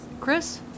Chris